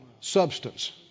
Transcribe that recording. substance